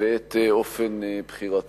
ואת אופן בחירתם.